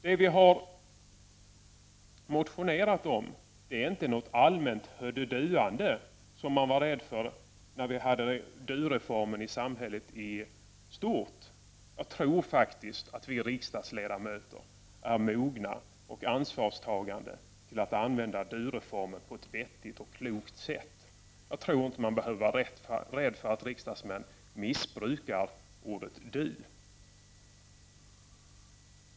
Det vi har motionerat om är inte något allmänt hörduduande, som man var rädd för när vi hade du-reformen i samhället i stort. Jag tror faktiskt att vi riksdagsledamöter är mogna och ansvarstagande till att använda du-reformen på ett vettigt och klokt sätt. Jag tror inte man behöver vara rädd för att riksdagsmän missbrukar ordet du.